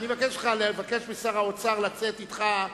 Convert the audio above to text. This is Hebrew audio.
אבקש ממך לבקש משר האוצר לצאת אתך,